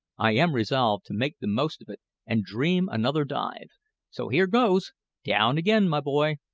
i am resolved to make the most of it and dream another dive so here goes down again, my boy!